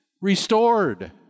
restored